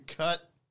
Cut